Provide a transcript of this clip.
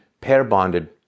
pair-bonded